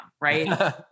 right